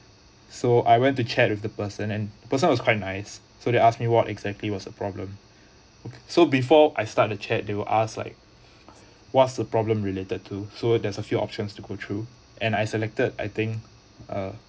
so I went to chat with the person and person was quite nice so they asked me what exactly was the problem so before I start the chat they will ask like what's the problem related to so there's a few options to go through and I selected I think uh